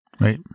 right